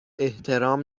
احترام